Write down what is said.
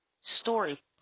story